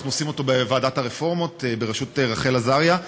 אנחנו עושים אותו בוועדת הרפורמות בראשות רחל עזריה,